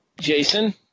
Jason